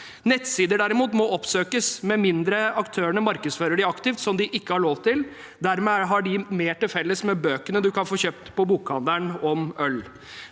Nettsider, derimot, må oppsøkes, med mindre aktørene markedsfører dem aktivt, som de ikke har lov til. Dermed har de mer til felles med bøkene om øl man kan få kjøpt i bokhandelen.